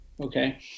okay